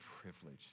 privilege